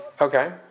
Okay